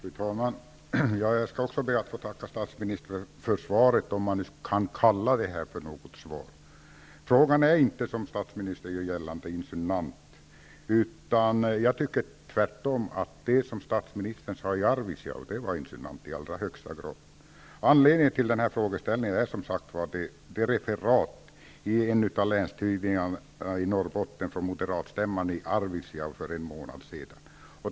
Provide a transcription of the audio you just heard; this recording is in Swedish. Fru talman! Jag skall också be att få tacka statsministern för svaret -- om man nu kan kalla det här för ett svar. Frågan är inte, som statsministern gör gällande, insinuant. Jag tycker tvärtom att det som statsministern sade i Arvidsjaur var insinuant i allra högsta grad. Anledningen till frågeställningen är, som sagt var, referatet i en av länstidningarna i Norrbotten från moderatstämman i Arvidsjaur för en månad sedan.